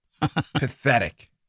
Pathetic